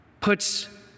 puts